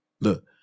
Look